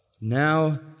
now